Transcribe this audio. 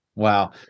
Wow